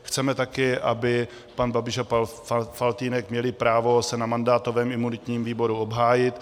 Chceme taky, aby pan Babiš a pan Faltýnek měli právo se na mandátovém a imunitním výboru obhájit.